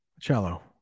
cello